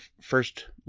first